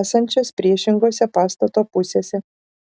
esančias priešingose pastato pusėse